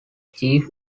chief